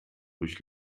durch